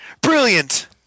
Brilliant